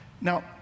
Now